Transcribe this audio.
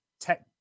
tech